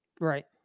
Right